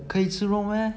可以吃肉 meh 真的吗